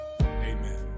amen